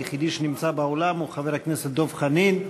היחיד שנמצא באולם הוא חבר הכנסת דב חנין.